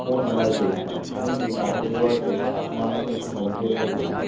phone order করেছিলাম কিন্তু তার পরিবর্তে আপনারা আমাকে একটি হোম থিয়েটার দিয়েছেন